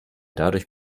dadurch